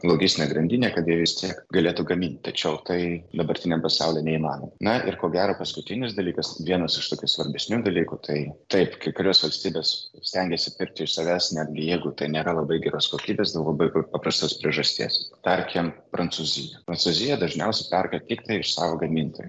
logistinė grandinė kad jie vis tiek galėtų gamint tačiau tai dabartiniam pasauly neįmanoma na ir ko gero paskutinis dalykas vienas iš tokių svarbesnių dalykų tai taip kai kurios valstybės stengiasi pirkti iš savęs netgi jeigu tai nėra labai geros kokybės dėl labai paprastos priežasties tarkim prancūzija prancūzija dažniausiai perka tik tai iš savo gamintojų